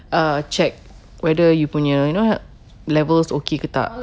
uh check whether you punya you know levels okay ke tak